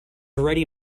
already